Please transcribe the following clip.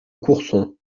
courson